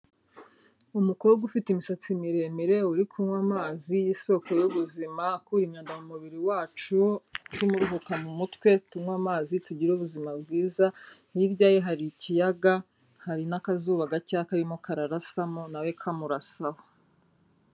Umukobwa ufite imisatsi miremire uri kunywa amazi y'isoko y'ubuzima, akura imyanda mu mubiri wacu, atuma uruhuka mu mutwe, tunywe amazi tugire ubuzima bwiza, hirya ye hari ikiyaga hari n'akazuba gakeya karimo kararasamo na we kamurasaho.